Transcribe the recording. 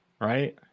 right